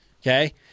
Okay